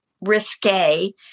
risque